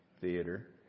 theater